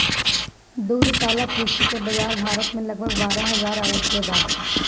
दुग्धशाला कृषि के बाजार भारत में लगभग बारह हजार अरब के बा